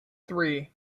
three